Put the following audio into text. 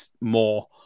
more